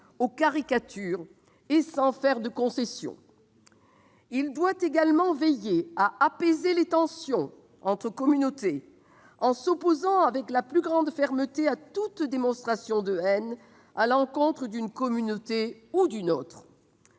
aux caricatures et sans faire de concessions. Il doit également veiller à apaiser les tensions entre communautés, en s'opposant avec la plus grande fermeté à toute démonstration de haine à l'encontre d'une communauté ou d'une autre.